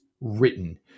written